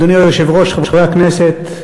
אדוני היושב-ראש, חברי הכנסת,